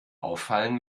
auffallen